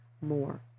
more